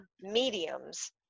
mediums